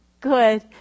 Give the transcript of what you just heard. good